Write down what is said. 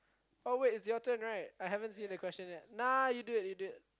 oh wait it's your turn right I haven't seen the question yet nah you do it you do it